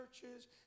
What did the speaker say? churches